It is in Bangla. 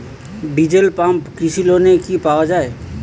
ডিজেল পাম্প কৃষি লোনে কি পাওয়া য়ায়?